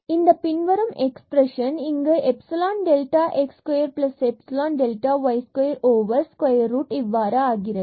⟹Δz dzΔϵx2Δy2 ϵx2Δy2x2Δy2 இந்த பின்வரும் எக்ஸ்பிரசன் இங்கு epsilon delta x square plus delta y square square root இவ்வாறு ஆகிறது